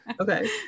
okay